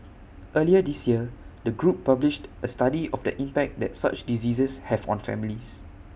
earlier this year the group published A study of the impact that such diseases have on families